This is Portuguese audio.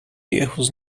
erros